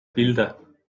bilder